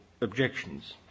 objections